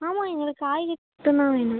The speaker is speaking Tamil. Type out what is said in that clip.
ஆமாம் எங்களுக்கு காய்கறி மட்டும் தான் வேணும்